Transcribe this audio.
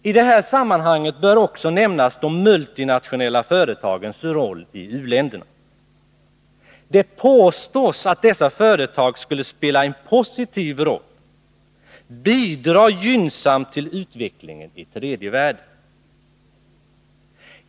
I det här sammanhanget bör också nämnas de multinationella företagens roll i u-länderna. Det påstås att dessa företag skulle spela en positiv roll och gynnsamt bidra till utvecklingen i tredje världen.